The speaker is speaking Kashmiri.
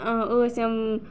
ٲں ٲسۍ یَم